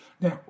Now